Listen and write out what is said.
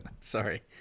Sorry